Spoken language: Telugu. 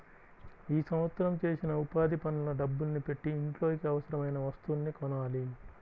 ఈ సంవత్సరం చేసిన ఉపాధి పనుల డబ్బుల్ని పెట్టి ఇంట్లోకి అవసరమయిన వస్తువుల్ని కొనాలి